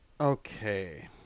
Okay